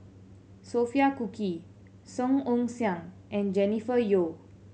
Sophia Cooke Song Ong Siang and Jennifer Yeo